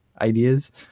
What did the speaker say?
ideas